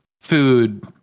food